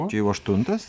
čia jau aštuntas